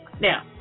Now